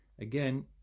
Again